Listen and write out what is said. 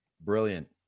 brilliant